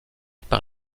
par